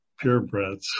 purebreds